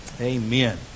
amen